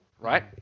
right